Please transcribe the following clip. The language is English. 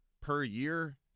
per-year